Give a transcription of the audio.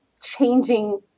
changing